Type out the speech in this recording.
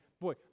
boy